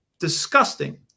disgusting